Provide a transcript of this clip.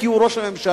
כי הוא ראש הממשלה,